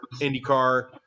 IndyCar